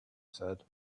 said